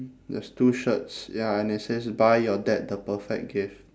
there's two shirts ya and it says buy your dad the perfect gift